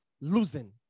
losing